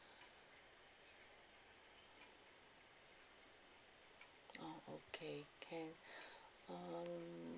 orh okay can um